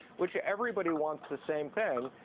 which everybody wants the same thing,